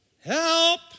Help